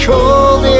Cold